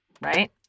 right